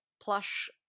plush